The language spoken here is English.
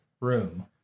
room